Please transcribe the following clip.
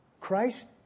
Christ